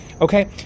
Okay